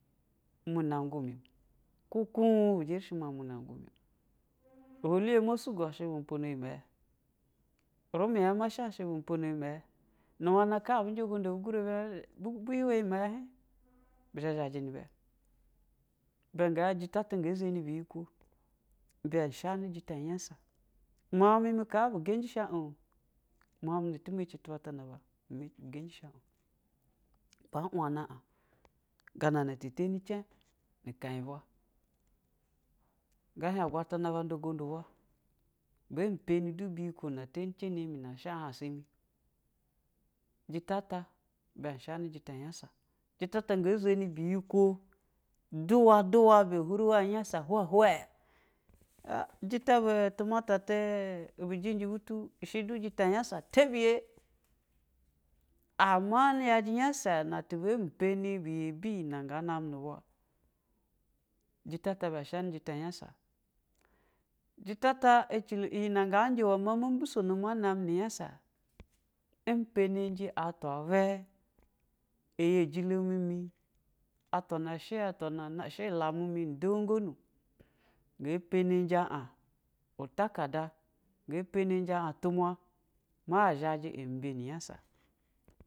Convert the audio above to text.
Munɛ ngumɛ, kukun bɛ jɛrishi ma munɛ ngumɛo, iyi hiɛnmosugo, asha bu pono iyi mɛyɛ, ɛvumɛ hɛin ma sha, a sha bu pono iyi mɛyɛ, nu wana abu njɛ gondu abu gurci bɛ yiwo iyi mɛyɛ hin bu zha zhajɛ nɛ bɛ, i bɛ nga hɛin jɛtata ngɛ neni biyikwo, ibɛ shani jita nan nyasa, managmi kabu ganjɛ. Shi ano miaugna ɛtɛmɛci atu ńa ba bu sɛnjɛsh ano ba una an, gana na ta teni chan, koyibwa. Nga agwatana ba nda gondu bwɛ bɛ peni du biyikwo na tɛnicha nɛ mi, na shɛ a shahɛ jɛta nyasa, jɛta ta ngɛ zɛni biyikwo duwa, duwa ibɛ, aha jɛtaa tu mata bɛjɛnji tu i shɛ jata nyasa tabiyɛ. Aḿa yajɛnyasa na tu ban pani biyiko, ɛgb jɛta ibɛ shani jɛta nyasa jatata achilo iyinɛ nga nja shi a nami nu nyasa impɛnɛji atwa vwe, ɛyijilo mimi atwa na shɛ atwa lamu dogog nu ngɛ pani an ntagada nga panɛjɛ tumwa ma a zhaji a mbiyini nyasa.